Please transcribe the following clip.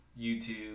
YouTube